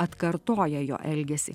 atkartoja jo elgesį